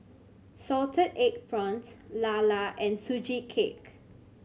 salted egg prawns lala and Sugee Cake